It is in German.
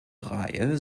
reihe